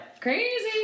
Crazy